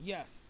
Yes